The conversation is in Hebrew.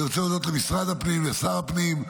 אני רוצה להודות למשרד הפנים ושר הפנים,